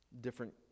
Different